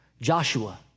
Joshua